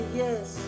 yes